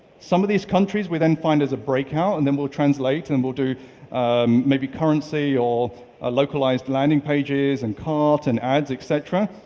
some of these countries, we then find as a breakout and then we'll translate and we'll do maybe currency or ah localised landing pages and carts and ads, etc.